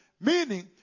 Meaning